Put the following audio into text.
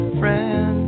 friend